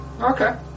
Okay